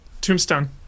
Tombstone